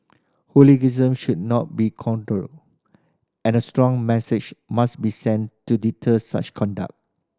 hooliganism should not be condoned and a strong message must be sent to deter such conduct